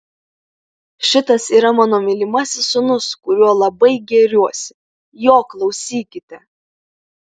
šitas yra mano mylimasis sūnus kuriuo labai gėriuosi jo klausykite